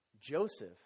Joseph